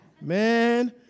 Man